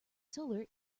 solar